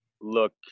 look